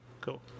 Cool